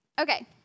Okay